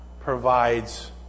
provides